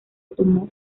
tomó